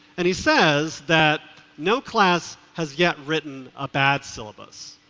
and he says that no class has yet written a bad syllabus.